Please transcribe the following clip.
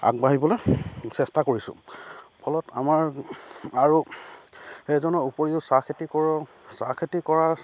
আগবাঢ়িবলৈ চেষ্টা কৰিছোঁ ফলত আমাৰ আৰু সেইজনৰ উপৰিও চাহ খেতি কৰোঁ চাহ খেতি কৰা